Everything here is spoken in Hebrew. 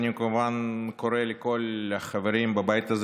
אני כמובן קורא לכל החברים בבית הזה